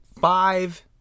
five